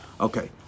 Okay